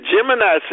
Gemini